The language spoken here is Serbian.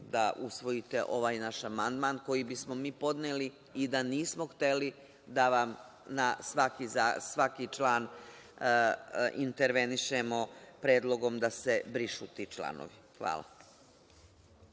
da usvojite ovaj naš amandman, koji bismo mi podneli i da nismo hteli da vam na svaki član intervenišemo predlogom da se brišu ti članovi. Hvala.